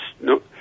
no